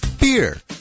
Beer